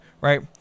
right